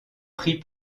pris